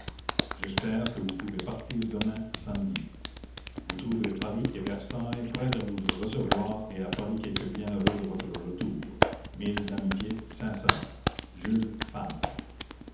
j'espère que vous pouvez partir demain samedi vous trouverez paris et versailles prêts à vous recevoir et à paris quelqu'un bien heureux de votre retour mille amitiés sincères jules